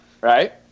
Right